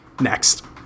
Next